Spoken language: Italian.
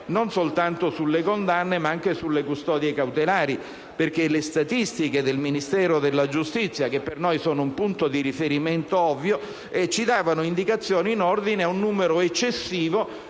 non soltanto sulle condanne, ma anche sulle custodie cautelari perché le statistiche del Ministero della giustizia, che per noi sono un punto di riferimento ovvio, davano indicazioni in ordine ad un numero eccessivo